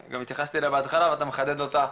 אני גם התייחסתי אליה בהתחלה ואתה מחדד אותה,